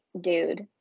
dude